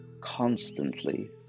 constantly